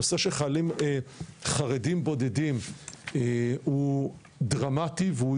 הנושא של חיילים חרדים בודדים הוא דרמטי והוא